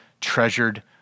treasured